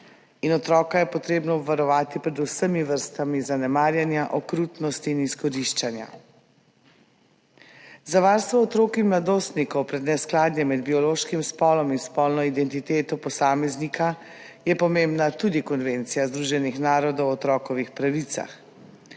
in otroka je treba varovati pred vsemi vrstami zanemarjanja, okrutnosti in izkoriščanja. Za varstvo otrok in mladostnikov pred neskladjem med biološkim spolom in spolno identiteto posameznika je pomembna tudi Konvencija Združenih narodov o otrokovih pravicah.